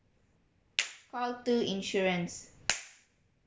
call two insurance